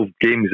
games